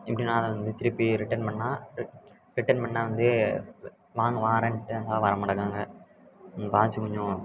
இப்படி நான் வந்து திருப்பி ரிட்டர்ன் பண்ணால் ரிட்டர்ன் பண்ணால் வந்து வாங்க வரேன்ட்டு ஆனால் வரமாட்டாங்குறாங்க வாட்ச் கொஞ்சம்